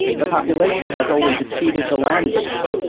the population has always exceeded the land base.